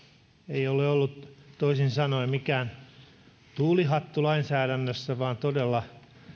ei ole ollut toisin sanoen mikään tuulihattu lainsäädännössä vaan todella